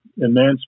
Immense